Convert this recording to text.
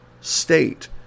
state